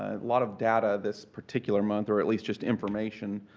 a lot of data this particular month, or at least just information,